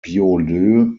beaulieu